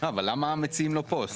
למה המציעים לא פה?